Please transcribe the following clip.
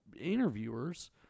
interviewers